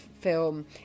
film